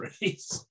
race